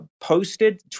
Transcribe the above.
posted